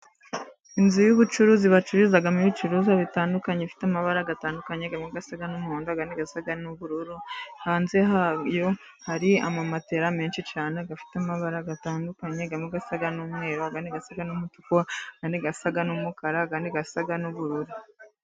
Inzu yubucuruzi bacururizamo ibicuruzwa bitandukanye, ifite amabara atandukanye amwe asa n'umuhondo, andi asa n'ubururu. Hanze hayo hari amamatera menshi cyane afite amabara atandukanye, amwe asa n'umweru, andi asa n'umutuku andi asa n'umukara, andi asa n'ubururu.